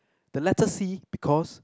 the letter C because